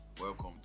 Welcome